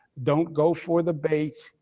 don't go for the bait.